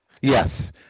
Yes